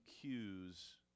cues